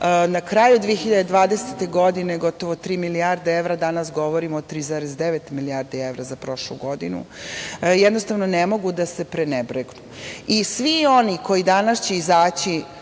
na kraju 2020. godine gotovo tri milijardi evra, a danas govorimo o 3,9 milijardi evra za prošlo godinu, jednostavno ne mogu da se prenebregnu. Svi oni koji danas će izaći